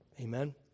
Amen